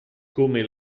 come